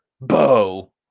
Bo